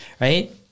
right